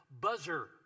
buzzer